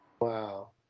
Wow